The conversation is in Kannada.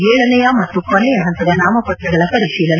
ಏಳನೆಯ ಮತ್ತು ಕೊನೆಯ ಹಂತದ ನಾಮಪತ್ರಗಳ ಪರಿಶೀಲನೆ